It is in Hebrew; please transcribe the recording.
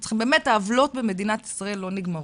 העוולות במדינת ישראל לא נגמרות.